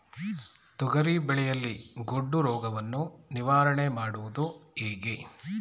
ತೊಗರಿ ಬೆಳೆಯಲ್ಲಿ ಗೊಡ್ಡು ರೋಗವನ್ನು ನಿವಾರಣೆ ಮಾಡುವುದು ಹೇಗೆ?